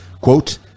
quote